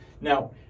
Now